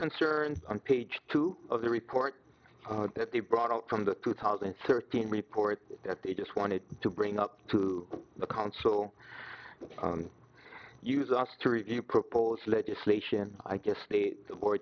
concerns on page two of the report that they brought out from the pew thousand and thirteen report that they just wanted to bring up to the council use us to review proposed legislation i guess they were